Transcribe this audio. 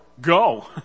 go